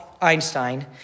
Einstein